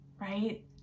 Right